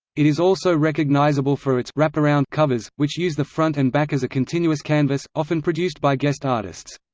it is also recognisable for its wraparound covers, which use the front and back as a continuous canvas often produced by guest artists.